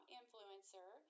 influencer